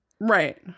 Right